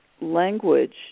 language